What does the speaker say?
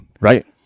Right